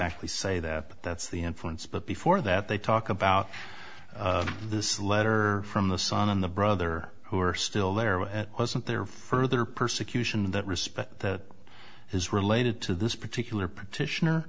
tly say that but that's the inference but before that they talk about this letter from the sun in the brother who are still there wasn't there further persecution in that respect that is related to this particular practitioner